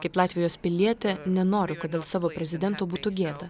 kaip latvijos pilietė nenoriu kad dėl savo prezidento būtų gėda